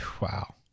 Wow